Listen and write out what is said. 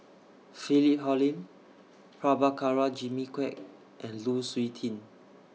Philip Hoalim Prabhakara Jimmy Quek and Lu Suitin